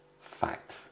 fact